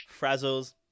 Frazzles